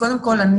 קודם כול,